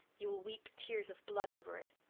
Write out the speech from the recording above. you will weep tears of blood over it.